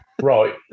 right